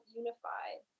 unified